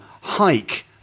hike